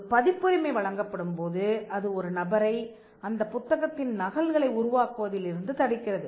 ஒரு பதிப்புரிமை வழங்கப்படும்போது அது ஒரு நபரை அந்தப் புத்தகத்தின் நகல்களை உருவாக்குவதில் இருந்து தடுக்கிறது